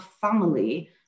family